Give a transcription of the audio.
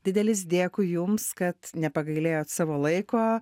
didelis dėkui jums kad nepagailėjot savo laiko